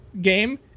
game